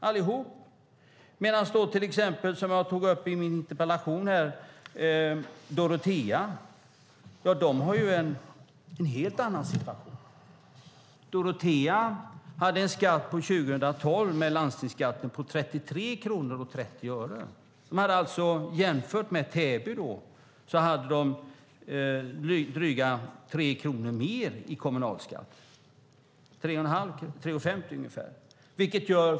Däremot har Dorotea, som jag tog upp i min interpellation, en helt annan situation. År 2012 var landstings och kommunalskatten i Dorotea 33 kronor och 30 öre. De hade alltså jämfört med Täby drygt 3 kronor - ungefär 3:50 - mer i kommunalskatt.